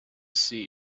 see